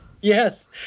Yes